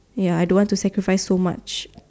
ya I don't want to sacrifice so much